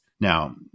Now